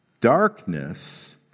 darkness